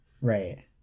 right